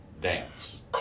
dance